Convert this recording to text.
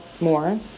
more